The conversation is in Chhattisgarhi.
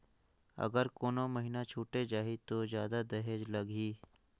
अगर कोनो महीना छुटे जाही तो जादा देहेक लगही?